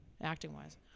acting-wise